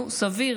נו, סביר,